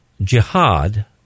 jihad